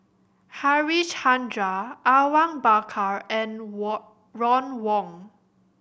Harichandra Awang Bakar and Ron Wong